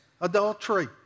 adultery